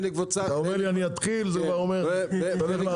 אתה אומר לי אני אתחיל זה אומר אתה הולך להרצות.